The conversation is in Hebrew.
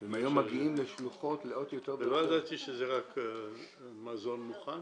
הם היום מגיעים לשלוחות --- ולא ידעתי שזה רק מזון מוכן